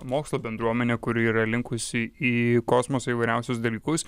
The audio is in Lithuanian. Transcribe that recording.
mokslo bendruomenė kuri yra linkusi į kosmosą įvairiausius dalykus